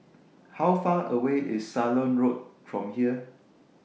How Far away IS Ceylon Road from here